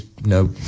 No